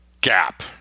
gap